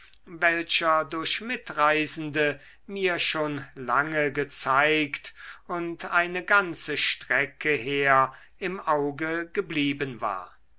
welcher durch mitreisende mir schon lange gezeigt und eine ganze strecke her im auge geblieben war